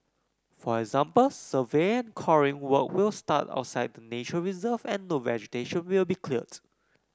for example survey and coring work will start outside the nature reserve and no vegetation will be cleared